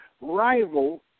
rival